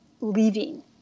leaving